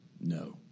No